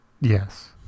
Yes